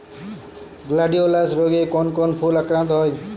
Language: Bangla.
গ্লাডিওলাস রোগে কোন কোন ফুল আক্রান্ত হয়?